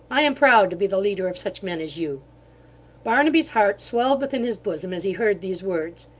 i am proud to be the leader of such men as you barnaby's heart swelled within his bosom as he heard these words.